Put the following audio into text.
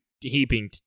heaping